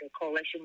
coalition